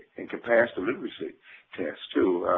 and can pass the literacy test too.